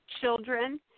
children